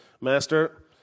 Master